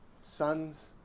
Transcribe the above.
sons